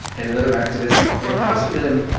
and another activist, and across from them,